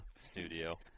studio